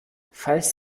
falls